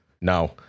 No